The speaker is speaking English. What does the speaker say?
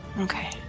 Okay